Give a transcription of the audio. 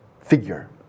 figure